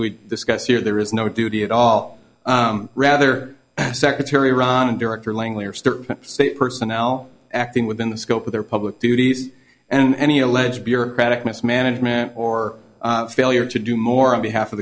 we've discussed here there is no duty at all rather secretary ron and director langley personnel acting within the scope of their public duties and any alleged bureaucratic mismanagement or failure to do more on behalf of